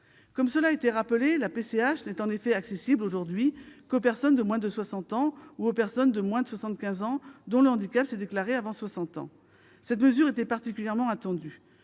Comme cela a été rappelé, la PCH n'est en effet accessible aujourd'hui qu'aux personnes de moins de 60 ans ou aux personnes de moins de 75 ans dont le handicap s'est déclaré avant 60 ans. Cette mesure était particulièrement attendue.